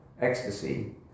ecstasy